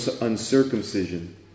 uncircumcision